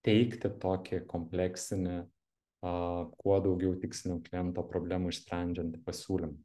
teikti tokį kompleksinį a kuo daugiau tikslių kliento problemų išsprendžiantį pasiūlymą